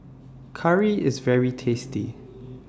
Curry IS very tasty